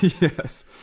Yes